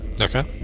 Okay